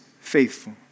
faithful